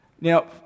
Now